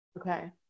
okay